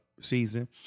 season